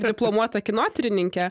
diplomuota kinotyrininkė